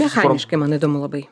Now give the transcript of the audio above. mechaniškai man įdomu labai